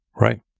right